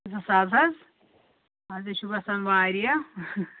زٕ ساس حظ اَدٕ یہِ چھُ گژھان واریاہ